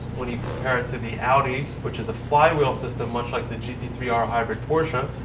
when you compare it to the audi, which is a flywheel system much like the g t three r hybrid porsche.